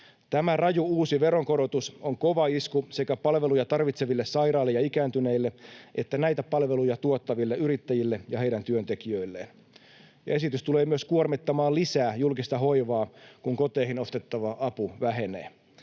Tämä raju uusi veronkorotus on kova isku sekä palveluja tarvitseville sairaille ja ikääntyneille että näitä palveluja tuottaville yrittäjille ja heidän työntekijöilleen. Esitys tulee myös kuormittamaan lisää julkista hoivaa, kun koteihin ostettava apu vähenee.